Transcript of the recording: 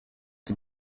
den